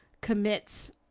commits